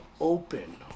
open